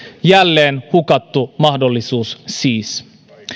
jälleen hukattu mahdollisuus